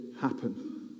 happen